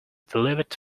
delivered